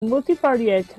multivariate